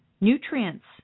nutrients